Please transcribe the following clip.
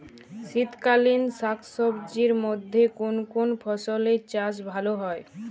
শীতকালীন শাকসবজির মধ্যে কোন কোন ফসলের চাষ ভালো হয়?